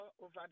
over